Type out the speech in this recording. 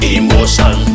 emotion